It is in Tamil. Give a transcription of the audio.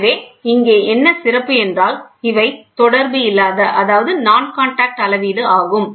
எனவே இங்கே என்ன சிறப்பு என்றால் இவை தொடர்பு இல்லாத நான் காண்டாக்ட் அளவீடு ஆகும்